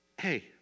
hey